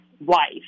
wife